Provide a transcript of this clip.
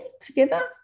together